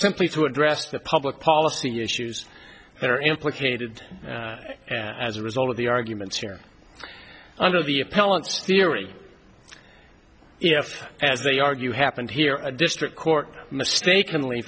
simply to address the public policy issues that are implicated as a result of the arguments here under the appellant's theory if as they argue happened here district court mistakenly